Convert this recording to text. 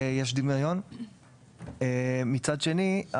מצד שני,